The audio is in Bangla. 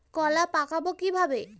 কলা পাকাবো কিভাবে?